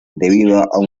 debido